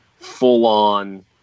full-on